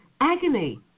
agony